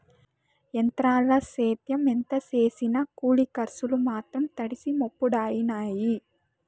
ఎంత్రాల సేద్యం ఎంత సేసినా కూలి కర్సులు మాత్రం తడిసి మోపుడయినాయి